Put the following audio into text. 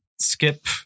skip